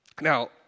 Now